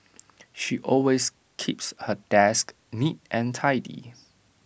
she always keeps her desk neat and tidy